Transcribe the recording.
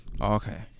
Okay